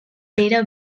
pere